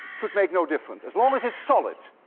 should make no difference. as long as it's solid,